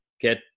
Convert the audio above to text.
get